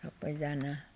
सबैजना